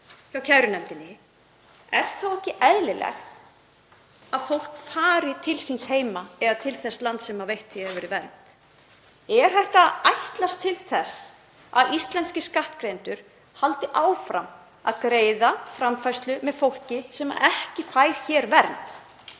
hjá kærunefndinni er þá ekki eðlilegt að fólk fari til síns heima eða til þess lands þar sem veitt hefur verið vernd? Er hægt að ætlast til þess að íslenskir skattgreiðendur haldi áfram að greiða framfærslu með fólki sem ekki fær hér vernd?